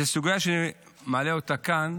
זו סוגיה שאני מעלה אותה כאן